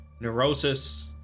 neurosis